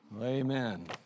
Amen